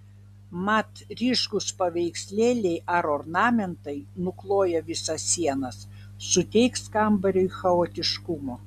mat ryškūs paveikslėliai ar ornamentai nukloję visas sienas suteiks kambariui chaotiškumo